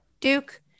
Duke